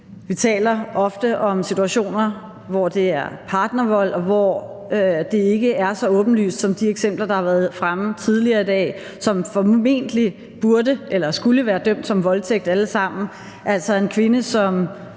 Vi taler ofte om situationer, hvor det er partnervold, og hvor det ikke er så åbenlyst som i de eksempler, der har været fremme tidligere i dag, og som alle sammen formentlig burde eller skulle være dømt som voldtægt. Altså, som